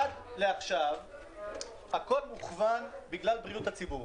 עד עכשיו הכול מוכוון בגלל בריאות הציבור.